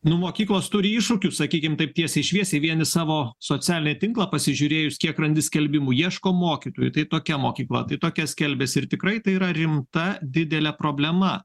nu mokyklos turi iššūkių sakykim taip tiesiai šviesiai vien į savo socialinį tinklą pasižiūrėjus kiek randi skelbimų ieško mokytojų tai tokia mokykla tai tokia skelbiasi ir tikrai tai yra rimta didelė problema